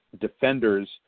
defenders